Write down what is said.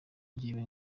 njyewe